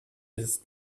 ist